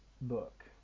book